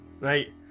right